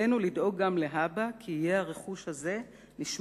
עלינו לדאוג גם להבא כי יהיה הרכוש הזה נשמר